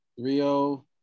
Three-o